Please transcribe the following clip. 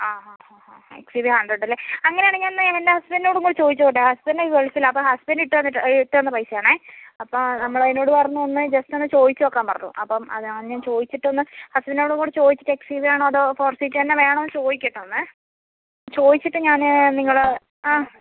ആ ഹാ ഹാ ഹാ എക്സ് യൂ വി ഹൺഡ്രഡ് അല്ലേ അങ്ങനെയാണെങ്കിൽ ഒന്ന് എൻ്റെ ഹസ്ബൻ്റിനോടും കൂടി ചോദിച്ചു നോക്കട്ടെ ഹസ്ബൻ്റ് ഗൾഫിലാണ് അപ്പോൾ ഹസ്ബൻ്റ് ഇട്ടുതന്നിട്ട് ഈ ഇട്ടുതന്ന പൈസ ആണ് അപ്പോൾ നമ്മളതിനോട് പറഞ്ഞു ഒന്ന് ജസ്റ്റ് ഒന്ന് ചോദിച്ച് നോക്കാൻ പറഞ്ഞു അപ്പം അതാണ് ഞാൻ ചോദിച്ചിട്ടൊന്ന് ഹസ്ബൻ്റിനോടും കൂടി ചോദിച്ചിട്ട് എക്സ് യു വി ആണോ അതോ ഫോർ സീറ്റ് തന്നെ വേണോയെന്ന് ചോദിക്കട്ടെ ഒന്ന് ചോദിച്ചിട്ട് ഞാൻ നിങ്ങളെ